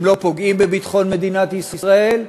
הם לא פוגעים בביטחון מדינת ישראל,